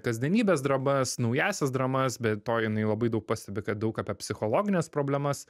kasdienybės dramas naująsias dramas be to jinai labai daug pastebi kad daug apie psichologines problemas